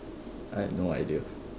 I had no idea